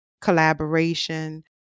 collaboration